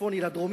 מצפון לדרום,